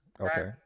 okay